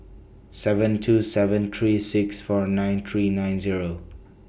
seven two seven three six four nine three nine Zero